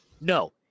No